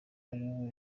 ariwe